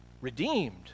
Redeemed